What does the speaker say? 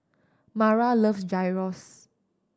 Mara loves Gyros